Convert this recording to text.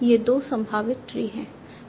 ये 2 संभावित ट्री हैं